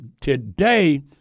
today